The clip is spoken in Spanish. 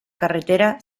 carretera